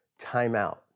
timeout